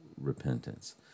repentance